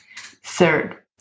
Third